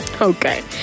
Okay